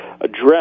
address